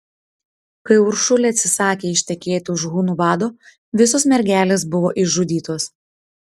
kai uršulė atsisakė ištekėti už hunų vado visos mergelės buvo išžudytos